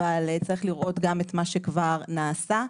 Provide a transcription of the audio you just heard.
אבל צריך לראות גם את מה שכבר נעשה.